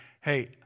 Hey